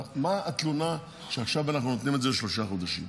על מה התלונה שעכשיו אנחנו נותנים את זה לשלושה חודשים?